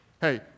hey